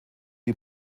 die